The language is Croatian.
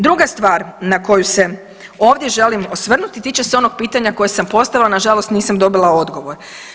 Druga stvar na koju se ovdje želim osvrnuti tiče se onog pitanja koje sam postavila, na žalost nisam dobila odgovor.